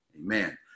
Amen